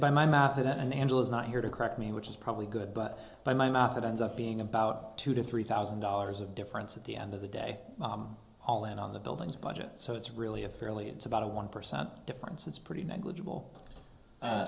by my math and angela's not here to correct me which is probably good but by my math that ends up being about two to three thousand dollars of difference at the end of the day all and on the buildings budget so it's really a fairly it's about a one percent difference it's pretty negligible